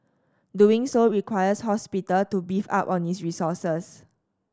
doing so requires hospital to beef up on its resources